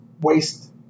waste